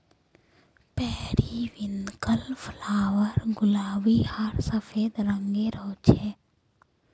periwinkle flower गुलाबी आर सफ़ेद रंगेर होचे